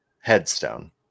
headstone